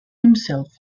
himself